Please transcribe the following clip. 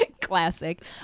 Classic